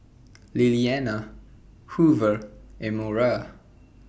Lilianna Hoover and Mora